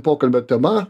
pokalbio tema